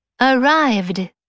Arrived